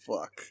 Fuck